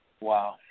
Wow